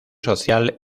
social